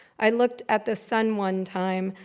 i looked at the sun one time,